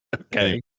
okay